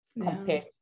compared